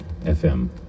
FM